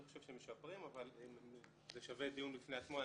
אני חושב שמשפרים אבל זה שווה דיון בפני עצמו.